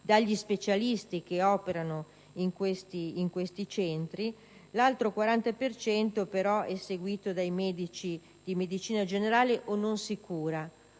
dagli specialisti che operano in questi centri; l'altro 40 per cento però è seguito dai medici di medicina generale o non si cura.